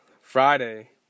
Friday